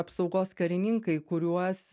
apsaugos karininkai kuriuos